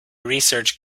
research